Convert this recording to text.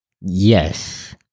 Yes